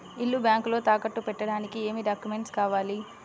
ఇల్లు బ్యాంకులో తాకట్టు పెట్టడానికి ఏమి డాక్యూమెంట్స్ కావాలి?